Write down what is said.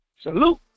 Salute